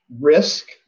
risk